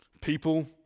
People